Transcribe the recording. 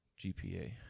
GPA